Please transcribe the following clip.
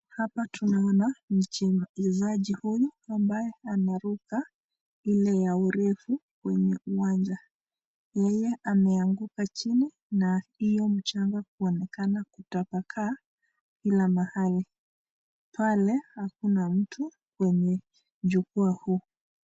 Hapa tunaona mchezaji huyu ambaye anaruka ile ya urefu kwenye uwanja. Yeye ameanguka chini na iyo mchanga kuonekana kutapakaa kila mahali, pale hakuna mtu kwenye jukwaa huu.